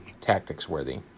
Tactics-worthy